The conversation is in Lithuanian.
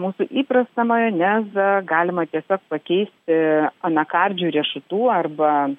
mūsų įprastą majonezą galima tiesiog pakeisti anakardžių riešutų arba